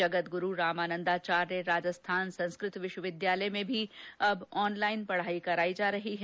जंगद्गुरू रामानन्दाचार्य राजस्थान संस्कृत विश्वविद्यालय में भी अब ऑन लाईन पढाई करायी जा रही है